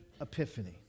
Epiphany